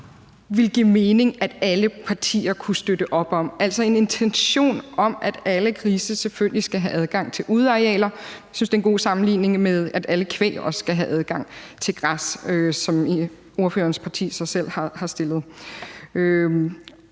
ville give mening alle partier kunne støtte op om, altså en intention om, at alle grise selvfølgelig skal have adgang til udearealer. Jeg synes, det er en god sammenligning med kvæg, altså at de også skal have adgang til græs, som ordførerens parti går ind for. Det